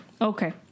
Okay